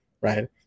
Right